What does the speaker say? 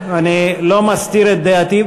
אני לא מסתיר את דעתי,